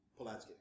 Polanski